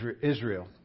Israel